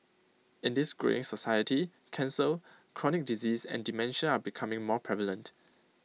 in this greying society cancer chronic disease and dementia are becoming more prevalent